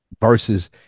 versus